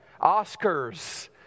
Oscars